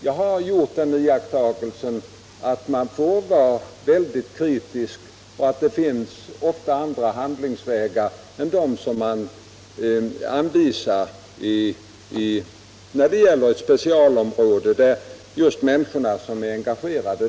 Jag har gjort den iakttagelsen att man bör vara mycket kritisk härvidlag och att det ofta finns andra handlingsvägar än de som på ett specialområde anvisas av de människor som är mest engagerade.